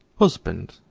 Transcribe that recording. husband,